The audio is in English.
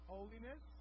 Holiness